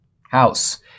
House